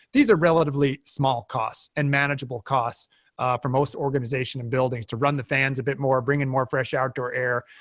these are relatively small costs and manageable costs for most organizations and buildings to run the fans a bit more, bring in more fresh outdoor air,